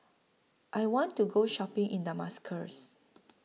I want to Go Shopping in Damascus